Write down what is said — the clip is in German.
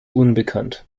unbekannt